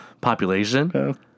population